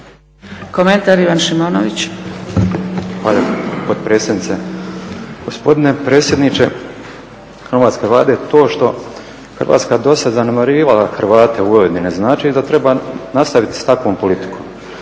Ivan (HSP AS)** Hvala potpredsjednice. Gospodine predsjedniče Hrvatske Vlade, to što je Hrvatska do sad zanemarivala Hrvate u Vojvodini, ne znači da treba nastaviti s takvom politikom,